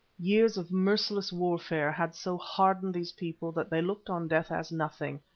years of merciless warfare had so hardened these people that they looked on death as nothing,